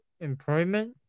employment